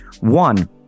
One